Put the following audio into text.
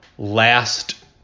Last